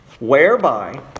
whereby